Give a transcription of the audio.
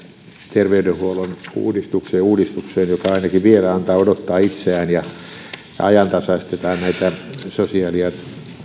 terveydenhuollon uudistukseen joka ainakin vielä antaa odottaa itseään ja tässä ajantasaistetaan näitä sosiaali ja